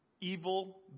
evil